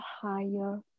higher